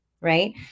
right